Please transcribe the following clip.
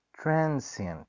transient